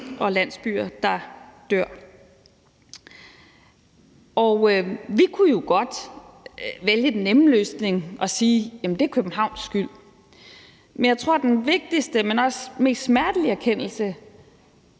og landsbyer, der dør. Vi kunne jo godt vælge den nemme løsning og sige: Jamen det er Københavns skyld. Men jeg tror, at den vigtigste, men også mest smertelige erkendelse,